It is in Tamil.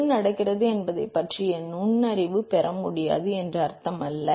என்ன நடக்கிறது என்பதைப் பற்றிய நுண்ணறிவைப் பெற முடியாது என்று அர்த்தமல்ல